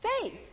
Faith